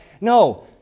No